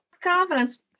confidence